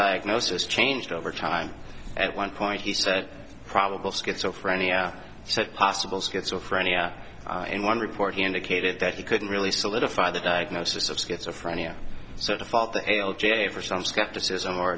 diagnosis changed over time at one point he said probable schizophrenia said possible schizophrenia in one report he indicated that he couldn't really solidify the diagnosis of schizophrenia so to follow the l g a for some skepticism or